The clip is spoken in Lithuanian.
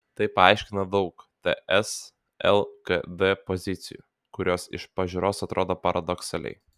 tai paaiškina daug ts lkd pozicijų kurios iš pažiūros atrodo paradoksaliai